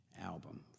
album